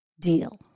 deal